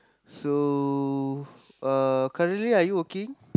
so uh currently are you working